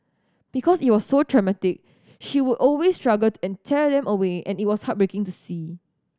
because it was so traumatic she would always struggle and tear them away and it was heartbreaking to see